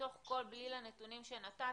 מתוך כול בליל הנתונים שנתתם,